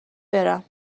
برم